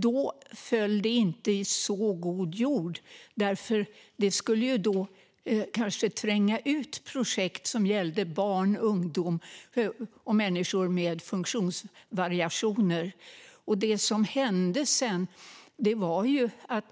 Då föll det inte i särskilt god jord, därför att det kanske skulle tränga ut projekt som gällde barn, ungdomar och människor med funktionsvariationer. Det som sedan hände var att